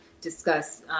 discuss